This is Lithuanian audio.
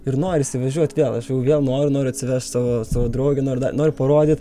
ir norisi važiuot vėl aš jau vėl noriu noriu atsivest savo savo draugę noriu dar noriu parodyt